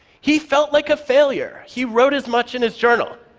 he felt like a failure. he wrote as much in his journal.